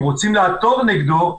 אם רוצים לעתור נגדו,